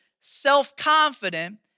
self-confident